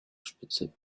spitze